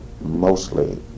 mostly